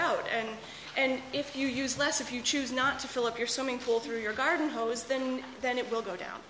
out and and if you use less if you choose not to fill up your swimming pool through your garden hose than then it will go down